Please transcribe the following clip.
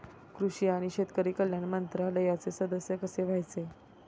कृषी आणि शेतकरी कल्याण मंत्रालयाचे सदस्य कसे व्हावे?